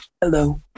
Hello